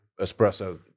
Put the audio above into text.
espresso